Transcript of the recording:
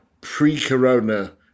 pre-corona